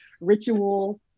ritual